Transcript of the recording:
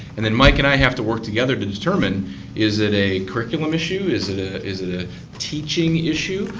and then mike and i have to work together to determine is that a curriculum issue, is it ah is it a teaching issue,